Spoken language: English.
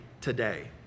today